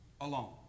alone